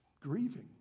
grieving